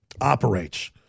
operates